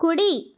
కుడి